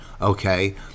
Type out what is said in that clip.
okay